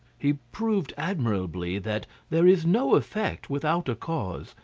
he proved admirably that there is no effect without a cause,